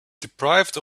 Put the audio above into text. deprived